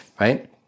right